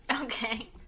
okay